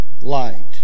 light